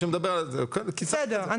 בסדר.